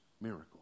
miracle